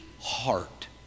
heart